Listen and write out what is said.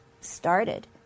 started